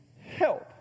help